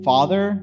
Father